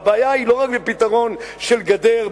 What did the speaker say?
והבעיה היא לא רק בפתרון של גדר,